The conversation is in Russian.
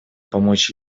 помочь